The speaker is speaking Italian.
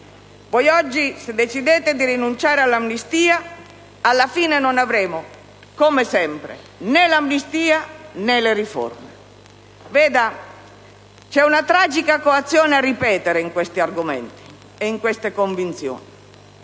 voi oggi decidete di rinunciare all'amnistia, alla fine non avremo, come sempre, né l'amnistia né le riforme. C'è una tragica coazione a ripetere in questi argomenti e in queste convinzioni.